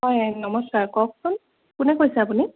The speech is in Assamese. হয় নমস্কাৰ কওকচোন কোনে কৈছে আপুনি